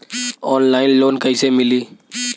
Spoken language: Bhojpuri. ऑनलाइन लोन कइसे मिली?